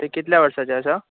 तें कितल्या वर्साचे आसा